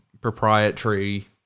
proprietary